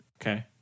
Okay